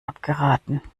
abgeraten